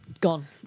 Gone